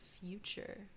future